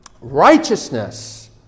righteousness